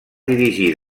dirigí